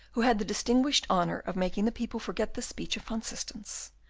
who had the distinguished honour of making the people forget the speech of van systens,